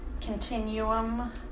continuum